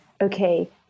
okay